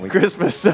Christmas